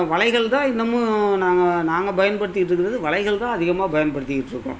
வலைகள் தான் இன்னமும் நாங்கள் நாங்கள் பயன்படுத்திக்கிட்டிருக்கறது வலைகள் தான் அதிகமாக பயன்படுத்திக்கிட்டிருக்கோம்